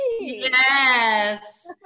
Yes